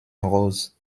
rose